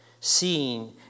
seeing